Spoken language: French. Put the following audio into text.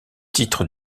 titre